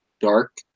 dark